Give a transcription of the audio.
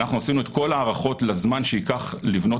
עשינו את כל ההערכות לזמן שייקח לבנות